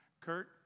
Kurt